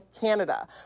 Canada